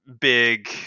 big